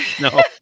No